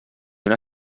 una